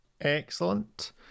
Excellent